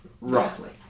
roughly